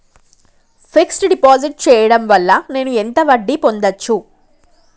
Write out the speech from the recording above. Fix డ్ deposit చేయటం వల్ల నేను ఎంత వడ్డీ పొందచ్చు?